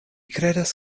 kredas